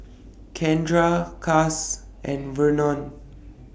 Kendra Cass and Vernon